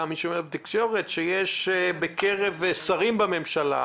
גם מי שמעיין בתקשורת שבקרב שרים בממשלה